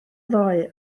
ddoe